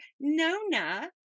Nona